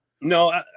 No